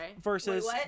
Versus